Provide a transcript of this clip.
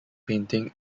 painting